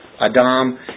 Adam